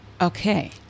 okay